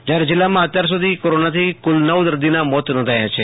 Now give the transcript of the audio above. જિંથારે જિલ્લામાં અત્યાર સુધી કોરોનાથી કુલ નવ દર્દીના મોત નોંધાયાં છે